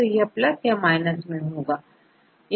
तो यह प्लस या माइनस01 या2 होगा